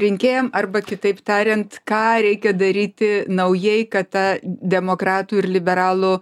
rinkėjam arba kitaip tariant ką reikia daryti naujai kad ta demokratų ir liberalų